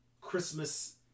Christmas